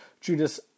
Judas